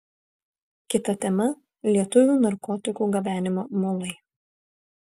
kita tema lietuvių narkotikų gabenimo mulai